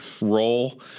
role